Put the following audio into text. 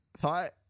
thought